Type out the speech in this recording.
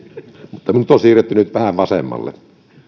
mutta minut on siirretty nyt vähän vasemmalle